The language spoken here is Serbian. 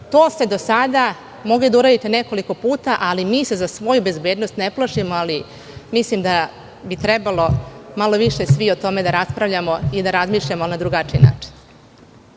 to ste do sada mogli da uradite nekoliko puta. Mi se za svoju bezbednost ne plašimo, ali mislim da bi trebalo malo više svi o tome da raspravljamo i da razmišljamo na drugačiji način.